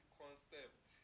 concept